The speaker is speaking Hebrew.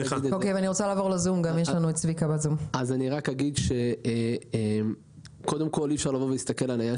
אני רוצה להגיד שאי אפשר להסתכל על העניין